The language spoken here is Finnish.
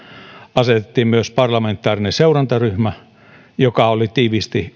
asetettiin myös parlamentaarinen seurantaryhmä joka oli tiiviisti